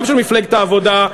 גם של מפלגת העבודה,